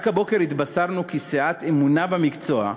רק הבוקר התבשרנו כי סיעת "אמונה במקצוע",